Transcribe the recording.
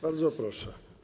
Bardzo proszę.